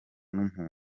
n’umuntu